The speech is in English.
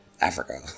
Africa